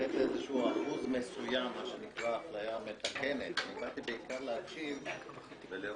מתן אחוז מסוים של מה שנקרא אפליה מתקנת אני באתי בעיקר להקשיב ולשמוע